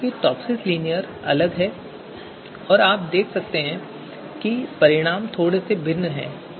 हालाँकि टॉपसिसlinear अलग है और आप देख सकते हैं कि परिणाम भी भिन्न थे